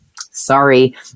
sorry